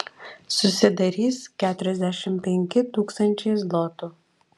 susidarys keturiasdešimt penki tūkstančiai zlotų